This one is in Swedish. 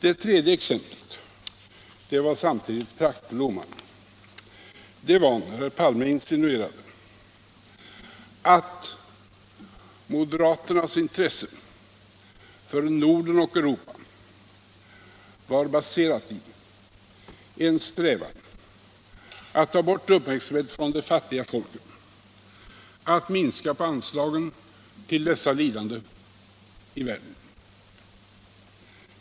Det tredje exemplet var samtidigt praktblomman. Herr Palme insinuerade att moderaternas intresse för Norden och Europa var baserat på en strävan att ta bort uppmärksamheten från de fattiga folken, att minska på anslagen till dessa lidande i världen.